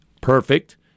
perfect